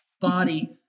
body